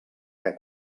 què